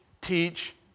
teach